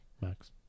Max